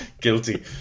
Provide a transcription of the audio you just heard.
Guilty